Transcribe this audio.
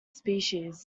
species